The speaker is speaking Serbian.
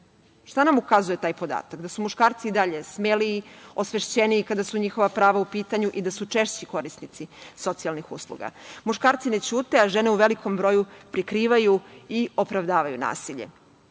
Šta nam ukazuje taj podatak? Da su muškarci i dalje smeliji, osvešćeniji kada su njihova prava u pitanju i da su češći korisnici socijalnih usluga. Muškarci ne ćute, a žene u velikom broju prikrivaju i opravdavaju nasilje. Kao